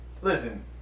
Listen